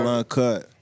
Uncut